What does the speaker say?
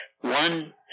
one